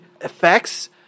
effects